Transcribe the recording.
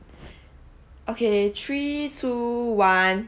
okay three two one